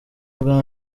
bwa